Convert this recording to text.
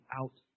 out